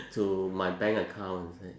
to my bank account inside